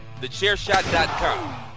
TheChairShot.com